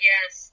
Yes